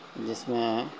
جس میں